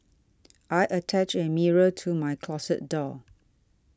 I attached a mirror to my closet door